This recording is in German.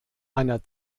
einer